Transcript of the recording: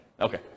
Okay